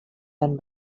than